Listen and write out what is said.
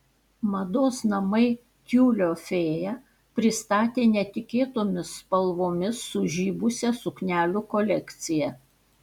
mados namai tiulio fėja pristatė netikėtomis spalvomis sužibusią suknelių kolekciją